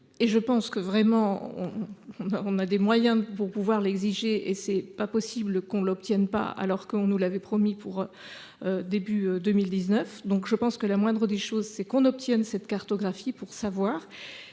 Et je pense que vraiment on. On a des moyens pour pouvoir l'exigeait. Et c'est pas possible qu'on l'obtienne pas alors qu'on nous l'avait promis pour. Début 2019, donc je pense que la moindre des choses c'est qu'on obtienne cette cartographie pour savoir